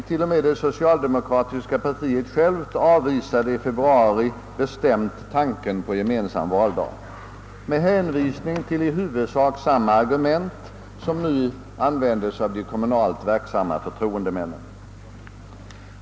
Till och med det socialdemokratiska partiet avvisade i februari bestämt tanken på en gemensam valdag, och man använde då i huvudsak samma argument som de kommunalt verksamma förtroendemännen nu åberopar.